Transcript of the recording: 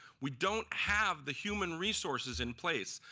we don't have the human resources in place,